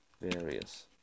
various